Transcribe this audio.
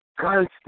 Constant